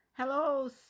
Hello